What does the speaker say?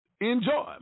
enjoy